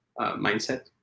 mindset